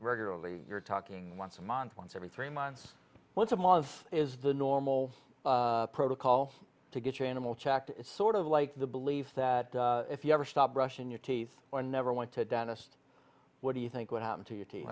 regularly you're talking once a month once every three months once a month is the normal protocol to get your animal checked sort of like the belief that if you ever stop brushing your teeth or never went to a dentist what do you think would happen to